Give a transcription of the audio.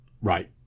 right